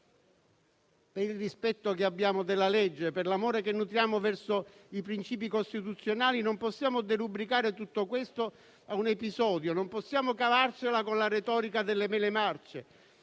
Per il rispetto che abbiamo della legge, per l'amore che nutriamo verso i principi costituzionali, non possiamo derubricare tutto questo a un episodio. Non possiamo cavarcela con la retorica delle mele marce.